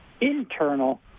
internal